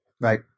Right